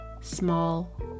small